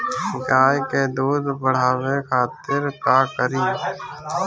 गाय के दूध बढ़ावे खातिर का करी?